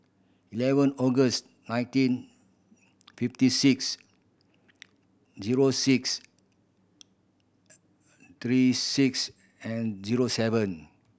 eleven August nineteen fifty six zero six three six and zero seven